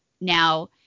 Now